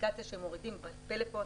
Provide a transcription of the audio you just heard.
אפליקציה שמורידים בפלאפון,